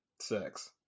Sex